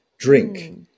drink